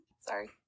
Sorry